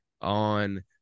on